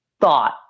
thought